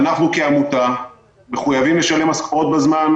ואנחנו, כעמותה, מחויבים לשלם משכורות בזמן.